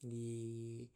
silieng.